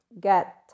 get